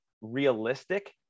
realistic